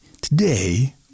today